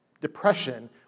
depression